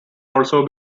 also